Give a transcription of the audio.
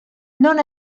non